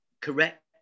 correct